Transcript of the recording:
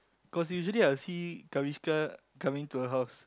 cause usually I will see Kaviska coming to her house